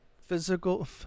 physical